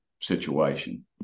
situation